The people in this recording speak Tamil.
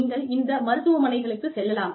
நீங்கள் இந்த மருத்துவமனைகளுக்கு செல்லலாம்